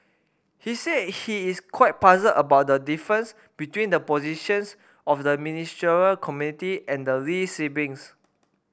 he said he is quite puzzled about the difference between the positions of the Ministerial Committee and the Lee siblings